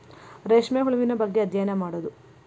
ರೇಶ್ಮೆ ಹುಳುವಿನ ಬಗ್ಗೆ ಅದ್ಯಯನಾ ಮಾಡುದು